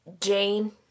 Jane